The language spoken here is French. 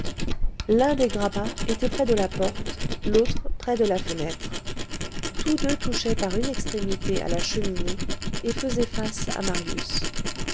l'un des grabats était près de la porte l'autre près de la fenêtre tous deux touchaient par une extrémité à la cheminée et faisaient face à marius